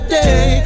day